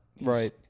Right